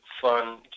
fun